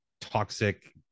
toxic